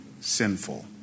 sinful